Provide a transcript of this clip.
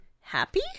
happy